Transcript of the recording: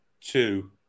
two